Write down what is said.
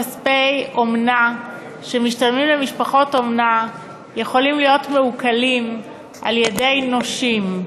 כספי אומנה שמשתלמים למשפחות אומנה יכולים להיות מעוקלים על-ידי נושים.